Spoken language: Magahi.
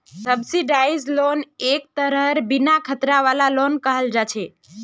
सब्सिडाइज्ड लोन एक तरहेर बिन खतरा वाला लोन कहल जा छे